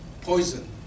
poison